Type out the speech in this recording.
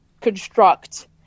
construct